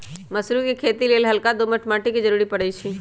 मसुरी कें खेति लेल हल्का दोमट माटी के जरूरी होइ छइ